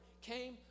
came